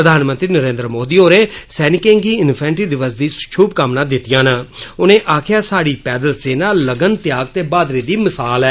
प्रधानमंत्री नरेंद्र मोदी होरें सैनिकें गी इंफेंट्री दिवस दी शुभकामनां दित्तियां न उनें आक्खेआ जे स्हाड़ी पैदल सेना लगन त्याग ते बहादुरी दी मिसाल ऐ